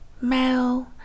male